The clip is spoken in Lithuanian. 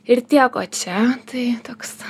ir tiek o čia tai toks